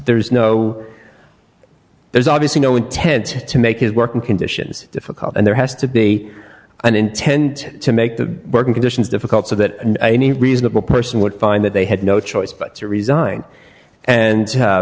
there's no there's obviously no intent to make his working conditions difficult and there has to be an intent to make the working conditions difficult so that any reasonable person would find that they had no choice but to resign and